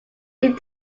did